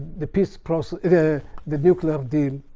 the peace process the the nuclear deal.